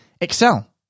excel